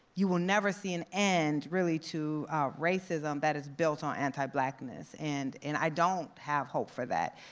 you will never see an end, really, to racism that is built on antiblackness, and and i don't have hope for that.